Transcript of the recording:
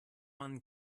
man